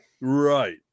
Right